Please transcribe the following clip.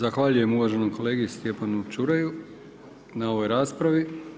Zahvaljujem uvaženom kolegi, Stjepanu Čuraju na ovoj raspravi.